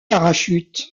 parachute